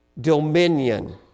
dominion